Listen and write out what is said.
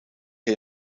hij